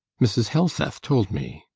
mrs. helseth told me.